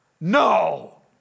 No